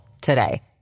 today